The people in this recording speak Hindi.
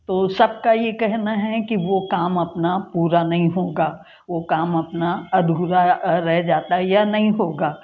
तो सब का ये कहना है कि वो काम अपना पूरा नहीं होगा वो काम अपना अधूरा रह जाता या नहीं होगा